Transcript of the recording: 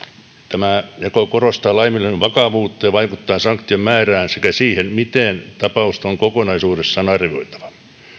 tämä jako korostaa laiminlyönnin vakavuutta ja vaikuttaa sanktion määrään sekä siihen miten tapausta on kokonaisuudessaan arvioitava